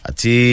Ati